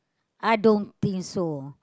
I don't think so